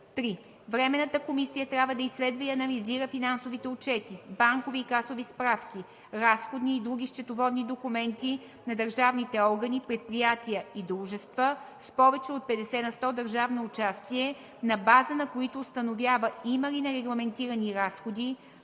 3. Временната комисия трябва да изследва и анализира финансовите отчети, банкови и касови справки, разходни и други счетоводни документи на държавните органи, предприятия и дружества, с повече от 50 на сто държавно участие, на база на които установява има ли нерегламентирани разходи,